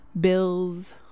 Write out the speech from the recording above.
bills